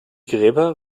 gräber